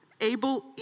able